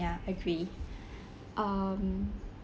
ya agree um